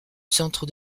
centre